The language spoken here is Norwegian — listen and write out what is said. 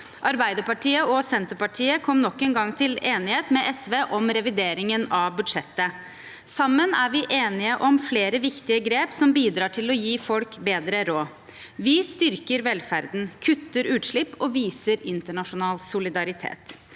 Arbeiderpartiet og Senterpartiet kom nok en gang til enighet med SV om revideringen av budsjettet. Sammen er vi enige om flere viktige grep som bidrar til å gi folk bedre råd. Vi styrker velferden, kutter utslipp og viser internasjonal solidaritet.